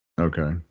Okay